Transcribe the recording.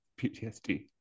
PTSD